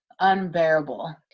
unbearable